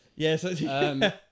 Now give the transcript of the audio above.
Yes